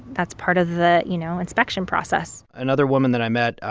that's part of the, you know, inspection process another woman that i met,